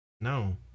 no